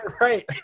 Right